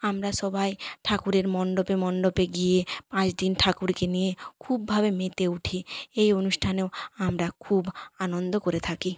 আমরা সবাই ঠাকুরের মণ্ডপে মণ্ডপে গিয়ে পাঁচদিন ঠাকুরকে নিয়ে খুবভাবে মেতে উঠি এই অনুষ্ঠানেও আমরা খুব আনন্দ করে থাকি